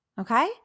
okay